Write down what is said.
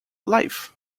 life